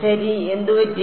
ശരി എന്ത് പറ്റി